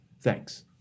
thanks